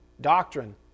doctrine